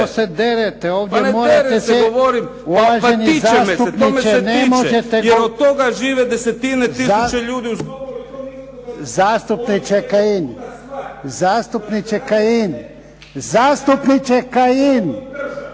Pa ne derem se, govorim, tiče me se, to me se tiče, jer od toga žive desetine tisuće ljudi. **Jarnjak, Ivan (HDZ)** Zastupniče Kajin, zastupniče Kajin,